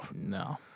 No